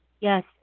yes